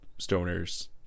stoners